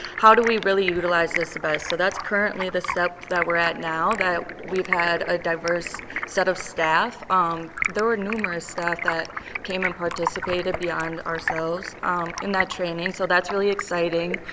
how do we really utilize this advice. so that's currently the step that we're out now that we've had a diverse set of staff. um there were numerous staff that came and participated beyond ourselves in that training. so that's really exciting.